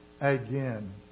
again